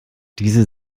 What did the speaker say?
diese